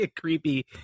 creepy